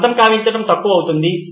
అర్థం కావించడం తక్కువ అవుతుంది